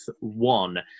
one